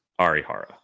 Arihara